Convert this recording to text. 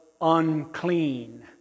unclean